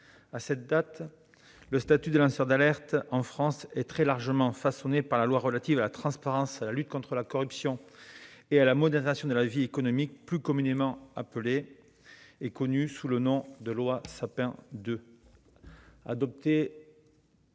À ce jour, le statut de lanceur d'alerte en France est très largement façonné par la loi relative à la transparence, à la lutte contre la corruption et à la modernisation de la vie économique, plus communément appelée loi Sapin II.